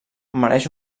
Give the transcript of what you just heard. mereix